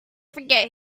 forget